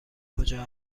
کجا